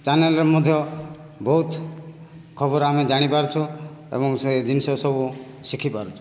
channel ରେ ମଧ୍ୟ ବହୁତ ଖବର ଆମେ ଜାଣିପାରୁଛୁ ଏବଂ ସେ ଜିନିଷ ସବୁ ଶିଖିପାରୁଛୁ